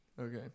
okay